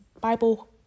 bible